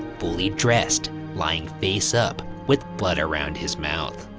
fully dressed, lying face up with blood around his mouth.